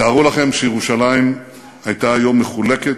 תארו לכם שירושלים הייתה היום מחולקת,